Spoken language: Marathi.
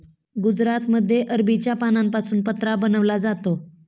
गुजरातमध्ये अरबीच्या पानांपासून पत्रा बनवला जातो